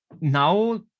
now